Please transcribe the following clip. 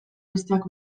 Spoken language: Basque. besteak